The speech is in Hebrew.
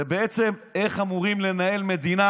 ובעצם איך אמורים לנהל מדינה